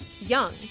young